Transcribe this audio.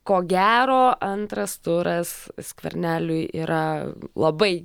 ko gero antras turas skverneliui yra labai